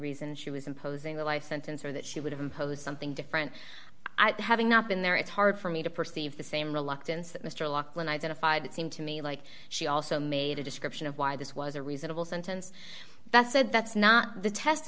reason she was imposing a life sentence or that she would impose something different having not been there it's hard for me to perceive the same reluctance that mr laughlin identified it seemed to me like she also made a description of why this was a reasonable sentence that said that's not the test